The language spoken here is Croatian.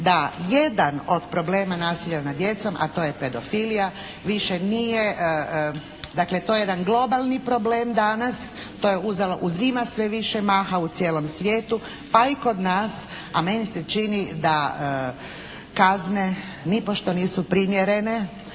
da jedan od problema nasilja nad djecom a to je pedofilija, više nije, dakle to je jedan globalni problem danas, to uzima sve više maha u cijelom svijetu, ali kod nas, a meni se čini da kazne nipošto nisu primjerene,